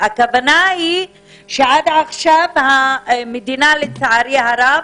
הכוונה היא שעד עכשיו המדינה, לצערי הרב,